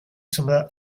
some